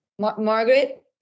Margaret